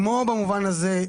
כמו במובן הזה,